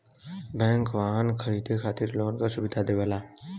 bank वाहन खरीदे खातिर लोन क सुविधा देवला